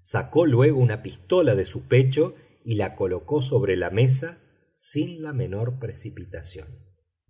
sacó luego una pistola de su pecho y la colocó sobre la mesa sin la menor precipitación